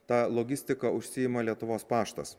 ta logistika užsiima lietuvos paštas